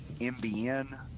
MBN